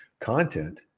content